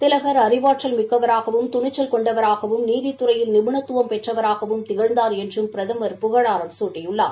திலகர் அறிவாற்றல் மிக்கவராகவும் துணிச்சல் கொண்டவராகவும் நீதித்துறையில் நிபுணத்துவம் திகழ்ந்தவராகவும் திகழ்ந்தார் என்றும் பிரதமர் புகழாரம் சூட்டியுள்ளார்